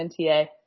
NTA